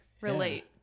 relate